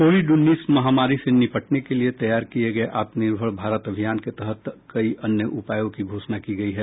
Covid उन्नीस महामारी से निपटने के लिए तैयार किये गये आत्मनिर्भर भारत अभियान के तहत कई अन्य उपायों की घोषणा की गयी है